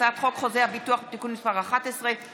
הצעת חוק חוזה הביטוח (תיקון מס' 11)